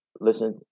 listen